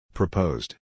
Proposed